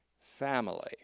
family